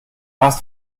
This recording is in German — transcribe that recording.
hast